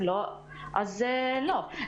אם לא אז לא.